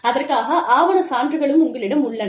அதற்கான ஆவண சான்றுகளும் உங்களிடம் உள்ளன